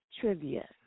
trivia